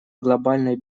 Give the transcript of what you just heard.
глобальной